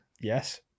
yes